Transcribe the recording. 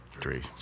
three